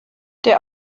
der